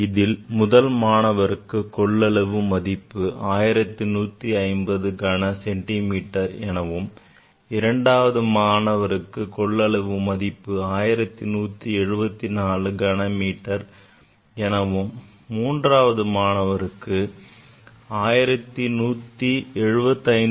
இதில் முதல் மாணவருக்கு கொள்ளளவு மதிப்பு 1150 கன சென்டி மீட்டர் எனவும் இரண்டாவது மாணவருக்கு கொள்ளளவு மதிப்பு 1174 கன சென்டிமீட்டர் எனவும் மூன்றாவது மாணவருக்கு 1175